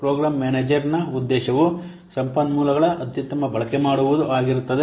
program ಮ್ಯಾನೇಜರ್ನ ಉದ್ದೇಶವು ಸಂಪನ್ಮೂಲಗಳ ಅತ್ಯುತ್ತಮ ಬಳಕೆ ಮಾಡುವುದು ಆಗಿರುತ್ತದೆ